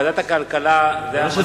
ועדת הכלכלה דנה,